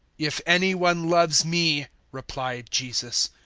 if any one loves me, replied jesus,